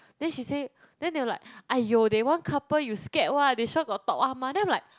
then she say then they were like aiyo they one couple you scared what they sure got talk [one] mah then I'm like